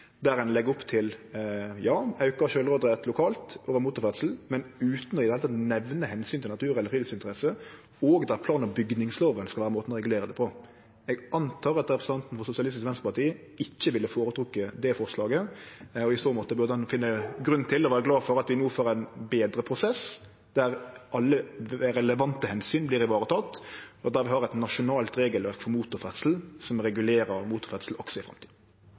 der ein legg opp til auka sjølvråderett lokalt om motorferdsel, men utan i det heile å nemne omsynet til natur- eller friluftsinteresser, og der plan- og bygningslova skal vere måten å regulere det på. Eg reknar med at representanten frå Sosialistisk Venstreparti ikkje ville ha føretrekt det forslaget, og i så måte burde han finne grunn til å vere glad for at vi no får ein betre prosess der alle relevante omsyn blir varetekne, og der vi har eit nasjonalt regelverk for motorferdsel som regulerer motorferdsel også i framtida.